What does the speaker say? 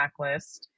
backlist